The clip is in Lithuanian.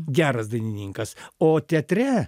geras dainininkas o teatre